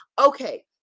Okay